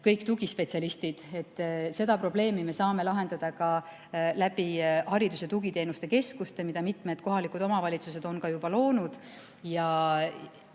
kõik tugispetsialistid. Seda probleemi me saame lahendada ka haridus‑ ja tugiteenuste keskuste kaudu, mida mitmed kohalikud omavalitsused on juba loonud,